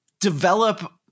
develop